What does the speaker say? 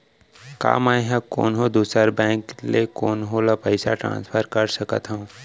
का मै हा कोनहो दुसर बैंक ले कोनहो ला पईसा ट्रांसफर कर सकत हव?